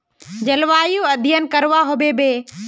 जलवायु अध्यन करवा होबे बे?